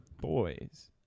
boys